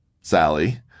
Sally